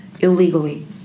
illegally